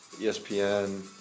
ESPN